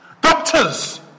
doctors